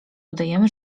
udajemy